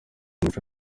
umuco